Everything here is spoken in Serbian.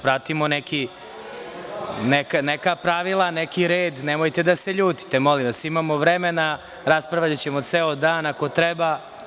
Pratimo neka pravila, neki red, nemojte da se ljutite, molim vas, imamo vremena , i raspravljaćemo ceo dan ako treba.